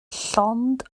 llond